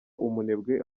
umunebwe